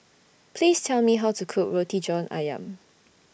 Please Tell Me How to Cook Roti John Ayam